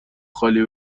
خالی